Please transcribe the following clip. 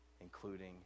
including